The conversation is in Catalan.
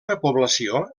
repoblació